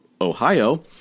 Ohio